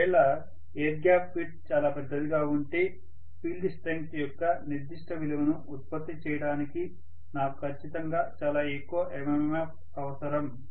ఒకవేళ air gap width చాలా పెద్దదిగా ఉంటే ఫీల్డ్ స్ట్రెంగ్త్ యొక్క నిర్దిష్ట విలువను ఉత్పత్తి చేయడానికి నాకు ఖచ్చితంగా చాలా ఎక్కువ MMF అవసరం